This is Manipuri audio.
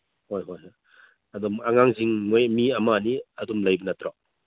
ꯍꯣꯏ ꯍꯣꯏ ꯍꯣꯏ ꯑꯗꯣ ꯑꯉꯥꯡꯁꯤꯡ ꯃꯣꯏ ꯃꯤ ꯑꯃꯅꯤ ꯑꯗꯨꯝ ꯂꯩꯕ ꯅꯠꯇ꯭ꯔꯣ